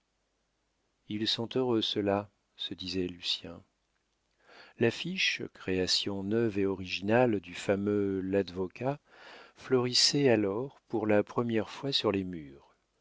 ils sont heureux ceux-là se disait lucien l'affiche création neuve et originale du fameux ladvocat florissait alors pour la première fois sur les murs